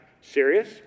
Serious